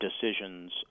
decisions